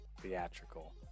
theatrical